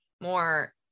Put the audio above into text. more